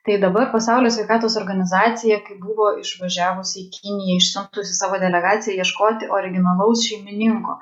tai dabar pasaulio sveikatos organizacija kai buvo išvažiavusi į kiniją išsiuntusi savo delegaciją ieškoti originalaus šeimininko